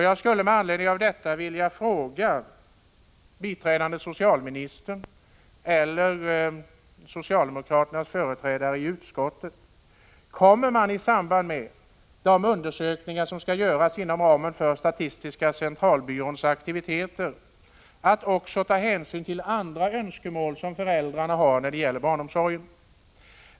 Jag skulle med anledning av detta vilja fråga biträdande socialministern eller socialdemokraternas företrädare i utskottet: Kommer regeringen att i samband med de undersökningar som skall göras inom ramen för statistiska centralbyråns aktiviteter ta hänsyn till också andra önskemål som föräldrarna har när det gäller barnomsorgen?